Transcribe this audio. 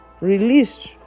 released